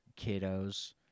kiddos